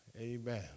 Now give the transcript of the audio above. Amen